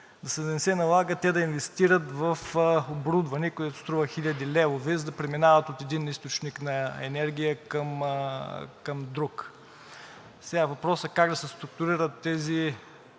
не се налага те да инвестират в оборудване, което струва хиляди левове, за да преминават от един източник на енергия към друг. Сега, въпросът как да се структурират тези